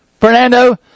Fernando